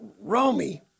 Romy